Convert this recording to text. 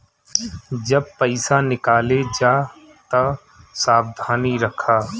जब पईसा निकाले जा तअ सावधानी रखअ